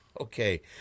Okay